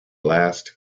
last